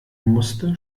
musste